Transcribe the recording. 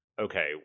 okay